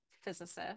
physicist